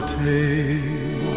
take